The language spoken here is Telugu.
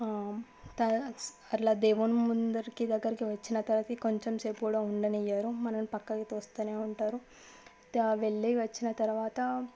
త అట్లా దేవుని ముందరికి దగ్గరకి వచ్చిన తర్వాత కొంచెం సేపు కూడా ఉండనివ్వరు మనల్ని పక్కకి తోస్తు ఉంటారు వెళ్ళి వచ్చిన తర్వాత